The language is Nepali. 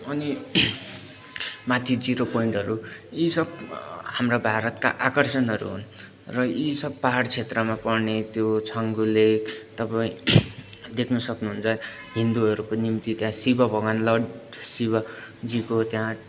अनि माथि जिरो पोइन्टहरू यी सब हाम्रा भारतका आकर्षणहरू हुन् र यी सब पाहाड क्षेत्रमा पर्ने त्यो छाङ्गु लेक तपाईँ देख्न सक्नुहुन्छ हिन्दूहरूको निम्ति त्यहाँ शिव भगवान लड शिवजीको त्यहाँ